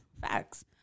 facts